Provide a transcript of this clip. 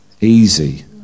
easy